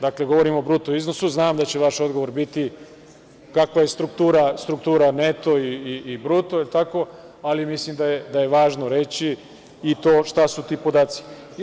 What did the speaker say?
Dakle, govorim o bruto iznosu, znam da će vaš odgovor biti kakva je struktura neto i bruto, ali mislim da je važno reći i to šta su ti podaci.